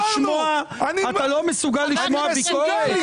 אתה לא מסוגל לשמוע ביקורת?